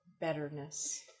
betterness